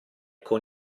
con